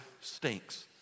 stinks